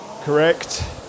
correct